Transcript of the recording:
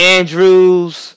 Andrews